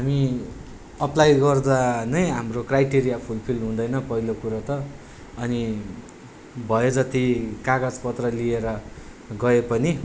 हामी अप्लाई गर्दा नै हाम्रो क्राइटेरिया फुलफिल हुँदैन पहिलो कुरो त अनि भए जति कागज पत्र लिएर गए पनि